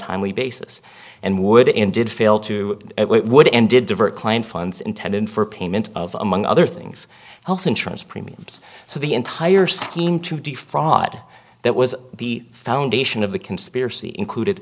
timely basis and would indeed fail to would end did divert client funds intended for payment of among other things health insurance premiums so the entire scheme to defraud that was the foundation of the conspiracy included